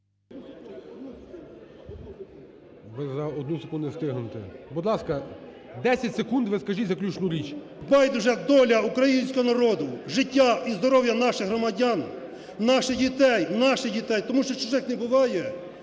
Ви за одну секунду не встигнете. Будь ласка, 10 секунд, ви скажіть заключну річ. ЮРЧИШИН П.В. …байдужа доля українського народу, життя і здоров'я наших громадян, наших дітей – наших дітей, тому що чужих не буває